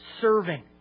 Serving